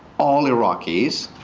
all iraqis,